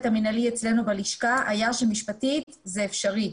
המנהלי אצלנו בלשכה היה שמשפטית זה אפשרי.